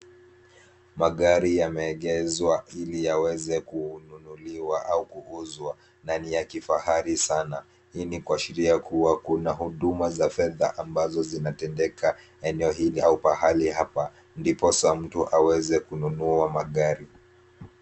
Magari yameegezwa ili yaweze kununuliwa au kuuzwa na ni ya kifahari sana. Hii ni kuashiria kuwa kuna huduma za fedha ambazo zinatendeka eneo hili au pahali hapa ndiposa mtu aweze kununua magari.